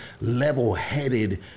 level-headed